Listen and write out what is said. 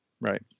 Right